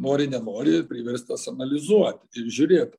nori nenori priverstas analizuot ir žiūrėt